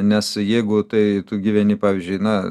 nes jeigu tai tu gyveni pavyzdžiui na